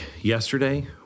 yesterday